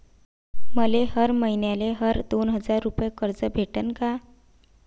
मले हर मईन्याले हर दोन हजार रुपये कर्ज भेटन का?